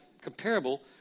comparable